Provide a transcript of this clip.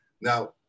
Now